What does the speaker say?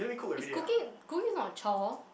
is cooking cooking is not a chore